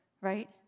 right